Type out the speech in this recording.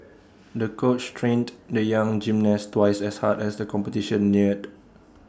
the coach trained the young gymnast twice as hard as the competition neared